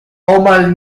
omal